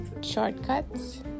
shortcuts